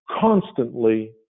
constantly